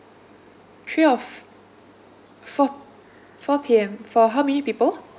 three or f~ four four P_M for how many people